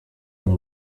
them